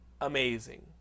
amazing